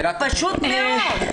פשוט מאוד.